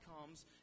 comes